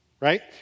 right